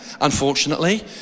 unfortunately